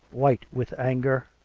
white with anger,